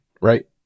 right